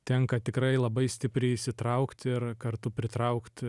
tenka tikrai labai stipriai įsitraukt ir kartu pritraukt